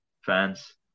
fans